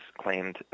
claimed